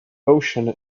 ocean